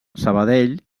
sabadell